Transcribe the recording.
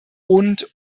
und